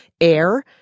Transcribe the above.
AIR